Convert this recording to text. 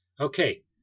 okay